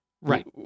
Right